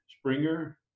Springer